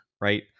right